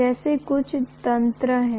जैसे कुछ तंत्र हैं